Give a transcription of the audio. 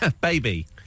Baby